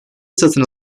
satın